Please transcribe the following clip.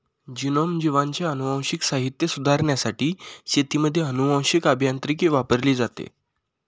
genome, जीवांचे अनुवांशिक साहित्य सुधारण्यासाठी शेतीमध्ये अनुवांशीक अभियांत्रिकी वापरली जाते